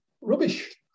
rubbish